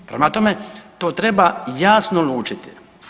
Prema tome, to treba jasno lučiti.